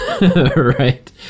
right